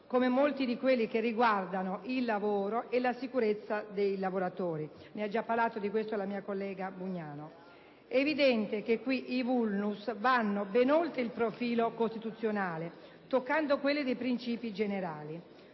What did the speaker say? come molti di quelli che riguardano il lavoro e la sicurezza dei lavoratori, dei quali ha già parlato la collega Bugnano. È evidente che qui i *vulnus* vanno ben oltre il profilo costituzionale, toccando quello dei princìpi generali.